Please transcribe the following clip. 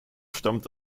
stammte